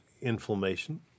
inflammation